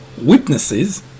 witnesses